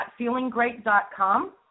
feelinggreat.com